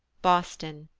boston,